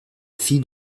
fille